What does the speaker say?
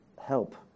help